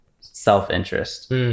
self-interest